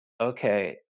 Okay